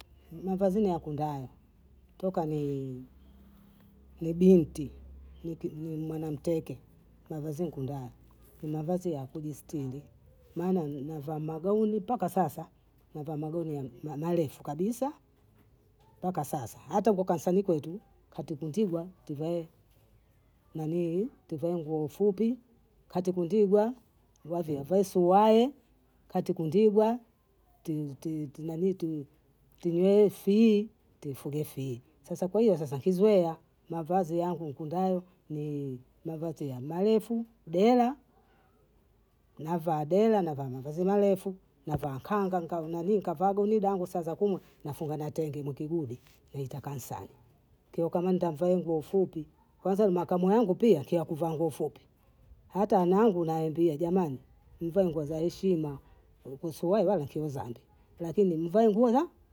Mavazi nyakundayo toka ni binti, nimementeke mavazi nkundayo ni mavazi ya kujisitiri maana navaa magauni mpaka sasa, navaa magauni marefu kabisa mpaka sasa, hata huko kansani kwetu hatikwendigwa tuvae nguo fupi, hatikwendigwa vavi avae suruae, hatikwendigwa tununuefii tufuge fii, sasa kwa hiyo sasa kizoea mavazi yangu nkundayo ni mavazi ya marefu, dela, navaa dela, navaa mavazi marefu, navaa kanga, nkavaa gauni gangu saa za kumwe, nafunga na tenge nikiguli ntakaa sawa, kio kama ntavaa nguo fupi, kwanza nina kamwe wangu pia akiwa kivaa nguo fupi, hata wanangu nawaambia jamani mvae nguo za heshima, kuhusu wao wala hakiwi dhambi lakini mvae nguo za.